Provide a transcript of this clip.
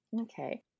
Okay